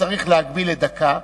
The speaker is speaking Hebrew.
שצריך להגביל לדקה,